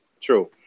true